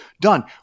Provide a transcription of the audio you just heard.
Done